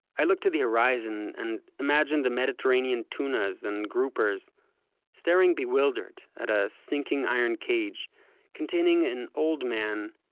i look to the horizon, and imagine the mediterranean tunas and groupers staring bewildered at a sinking iron cage containing an old man,